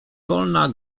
wolna